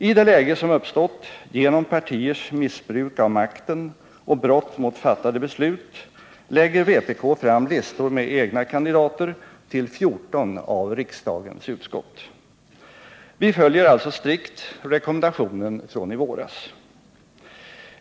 I det läge som uppstått till följd av partiers missbruk av makten och brott mot fattade beslut lägger vpk fram listor med egna kandidater till 14 av riksdagens utskott. Vi följer alltså strikt rekommendationen från i våras.